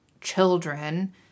children